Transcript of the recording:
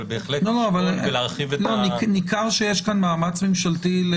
אבל בהחלט לשקול ולהרחיב --- ניכר שיש כאן מאמץ ממשלתי.